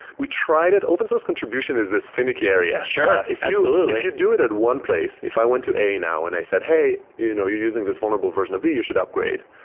we tried it open source contribution is this fi nicky area. if you if you do it at one place, if i went to a now and i said, hey, you know you're using this vulnerable version of b. you should upgrade.